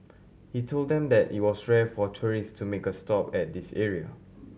he told them that it was rare for tourist to make a stop at this area